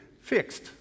fixed